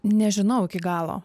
nežinau iki galo